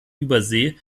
übersee